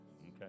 okay